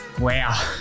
Wow